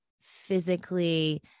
physically